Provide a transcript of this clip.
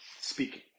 Speaking